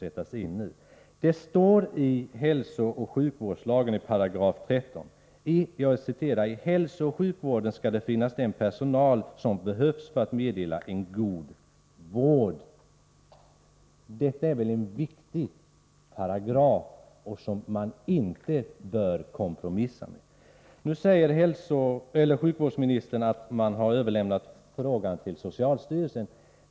I 13 § hälsooch sjukvårdslagen står: ”I hälsooch sjukvården skall det finnas den personal som behövs för att meddela god vård.” Det är väl en viktig paragraf som man inte bör kompromissa med? Nu säger sjukvårdsministern att man har överlämnat frågan till socialstyrelsen.